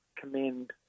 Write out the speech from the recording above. commend